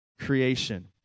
creation